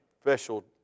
special